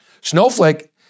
Snowflake